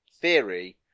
theory